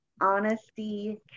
honesty